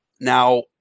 Now